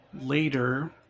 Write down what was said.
later